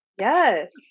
Yes